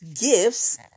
gifts